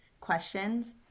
questions